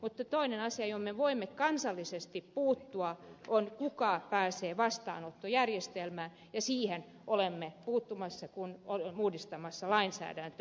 mutta toinen asia johon me voimme kansallisesti puuttua on se kuka pääsee vastaanottojärjestelmään ja siihen olemme puuttumassa kun olemme uudistamassa lainsäädäntöä